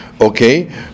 Okay